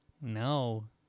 No